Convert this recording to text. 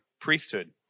priesthood